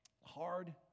Hard